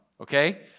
Okay